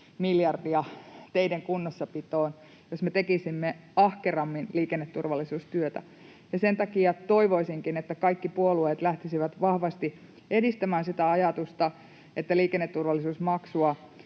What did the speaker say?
miljardeja teiden kunnossapitoon, jos me tekisimme ahkerammin liikenneturvallisuustyötä, ja sen takia toivoisinkin, että kaikki puolueet lähtisivät vahvasti edistämään sitä ajatusta, että liikenneturvallisuusmaksua